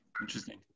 interesting